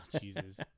Jesus